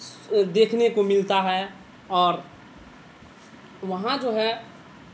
دیکھنے کو ملتا ہے اور وہاں جو ہے